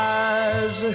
eyes